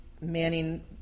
manning